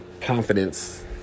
Confidence